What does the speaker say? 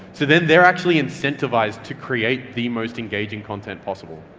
so then they're actually incentivised to create the most engaging content possible.